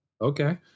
okay